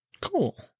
Cool